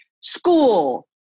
School